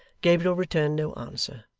gabriel returned no answer,